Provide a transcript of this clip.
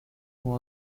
who